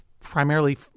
primarily